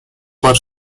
per